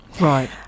Right